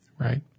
right